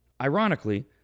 Ironically